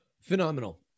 Phenomenal